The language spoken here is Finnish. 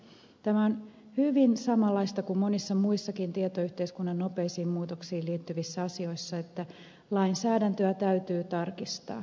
tässä on hyvin samanlainen tilanne kuin monissa muissakin tietoyhteiskunnan nopeisiin muutoksiin liittyvissä asioissa että lainsäädäntöä täytyy tarkistaa